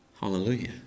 Hallelujah